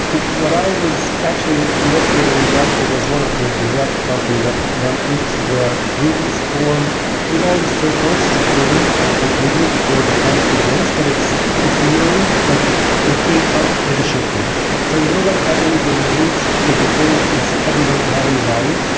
what i was actually investigating in the article was one of the direct pump and dump groups where a group is formed with all the circles fully and completely before the pump begins, but it's it's known that what's being pumped is a shitcoin so nobody has any delusions that the coin is ever going to have any value.